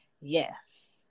Yes